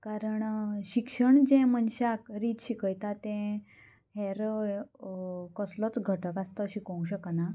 कारण शिक्षण जें मनशाक रीत शिकयता तें हेर कसलोच घटक आसता तो शिकोवंक शकना